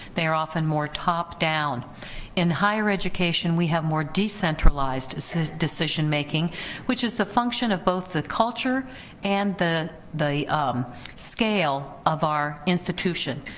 they are often more top down in higher education. we have more decentralized so decision making which is the function of both the culture and the the um scale of our institution.